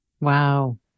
Wow